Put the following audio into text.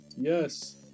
yes